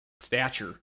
stature